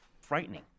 frightening